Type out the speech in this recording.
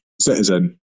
citizen